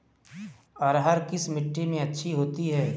अरहर किस मिट्टी में अच्छी होती है?